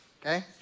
okay